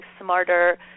smarter